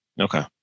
Okay